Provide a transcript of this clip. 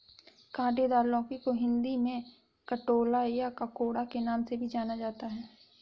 काँटेदार लौकी को हिंदी में कंटोला या ककोड़ा के नाम से भी जाना जाता है